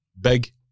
big